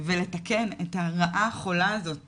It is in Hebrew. ולתקן את הרעה החולה הזאת